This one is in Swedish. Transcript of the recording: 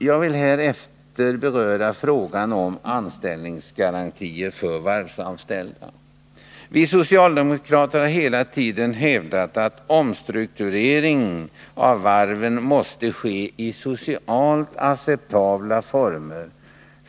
Jag vill härefter beröra frågan om anställningsgarantier för de varvsanställda. Vi socialdemokrater har hela tiden hävdat att omstruktureringen av varven måste ske i socialt acceptabla former.